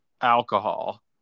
alcohol